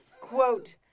Quote